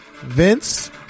Vince